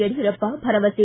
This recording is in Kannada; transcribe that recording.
ಯಡಿಯೂರಪ್ಪ ಭರವಸೆ